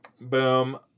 Boom